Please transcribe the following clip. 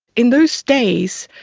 in those days,